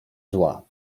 zła